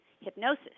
hypnosis